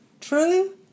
true